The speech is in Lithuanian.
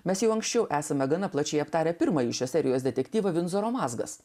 mes jau anksčiau esame gana plačiai aptarę pirmąjį šios serijos detektyvą vindzoro mazgas